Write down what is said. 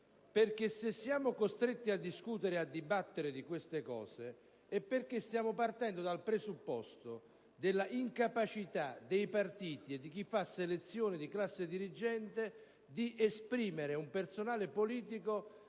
infatti, siamo costretti a discutere di tali questioni, è perché stiamo partendo dal presupposto dell'incapacità dei partiti e di chi fa selezione di classe dirigente di esprimere un personale politico